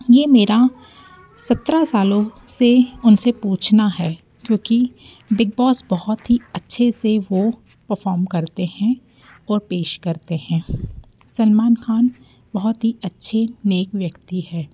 ये मेरा सत्रह सालों से उन से पूछना है क्योंकि बिग बॉस बहुत ही अच्छे से वो पफ़ोम करते हैं और पेश करते हैं सलमान ख़ान बहुत ही अच्छे नेक व्यक्ति है